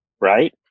right